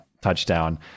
touchdown